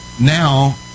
Now